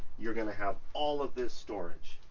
you're gonna have all of this storage.